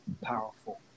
powerful